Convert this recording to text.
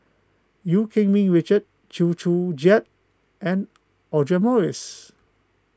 Eu Keng Mun Richard Chew Joo Chiat and Audra Morrice